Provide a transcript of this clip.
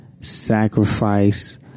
sacrifice